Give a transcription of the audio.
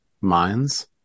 minds